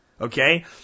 okay